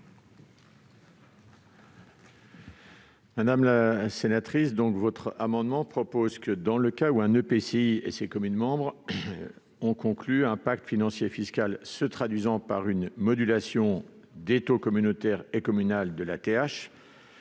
de la commission ? Vous proposez que, dans le cas où un EPCI et ses communes membres ont conclu un pacte financier et fiscal se traduisant par une modulation des taux communautaire et communal de la